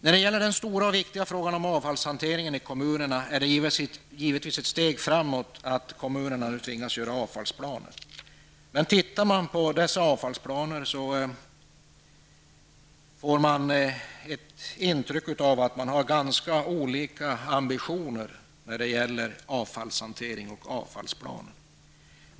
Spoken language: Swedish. När det gäller den stora och viktiga frågan om avfallshanteringen i kommunerna är det givetvis ett steg framåt att kommunterna nu tvingas upprätta avfallsplaner. Men om man ser på dessa avfallsplaner, får man intrycket av att kommunerna har ganska olika ambitioner när det gäller avfallshantering.